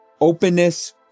openness